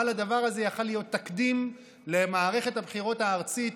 אבל הדבר הזה יכול היה להיות תקדים למערכת הבחירות הארצית.